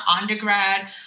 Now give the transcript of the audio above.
undergrad